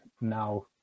Now